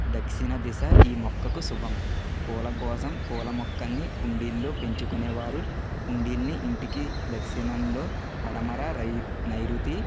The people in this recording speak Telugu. దక్షిణ దిశ ఈ మొక్కకు శుభం పూల కోసం పూల మొక్కలని కుండీలలో పెంచుకొనేవారు కుండీలని ఇంటికి దక్షిణంలో పడమర రై నైరుతి